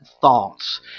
thoughts